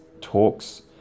talks